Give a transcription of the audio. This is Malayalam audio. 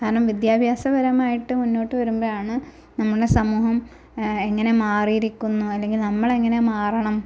കാരണം വിദ്യാഭ്യാസപരമായിട്ട് മുന്നോട്ട് വരുമ്പോഴാണ് നമ്മുടെ സമൂഹം എങ്ങനെ മാറീരിക്കുന്നു അല്ലെങ്കിൽ നമ്മളെങ്ങനെ മാറണം